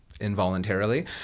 involuntarily